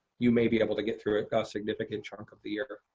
you may be able to get through a significant chunk of the year.